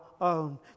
own